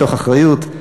מתוך אחריות,